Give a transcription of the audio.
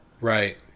Right